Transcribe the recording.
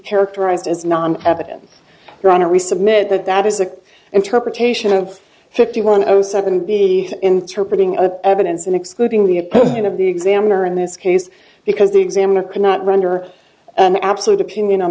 characterized as non evident ronna resubmit that that is an interpretation of fifty one o seven be interpreting a evidence and excluding the opinion of the examiner in this case because the examiner cannot run or an absolute opinion on